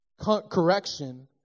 correction